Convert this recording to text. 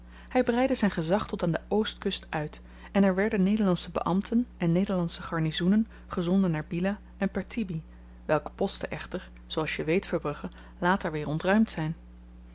hy breidde zyn gezag tot aan de oostkust uit en er werden nederlandsche beambten en nederlandsche garnizoenen gezonden naar bila en pertibie welke posten echter zooals je weet verbrugge later weer ontruimd zyn